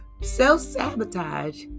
Self-sabotage